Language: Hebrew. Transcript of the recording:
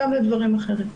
ולהרבה דברים אחרים.